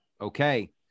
okay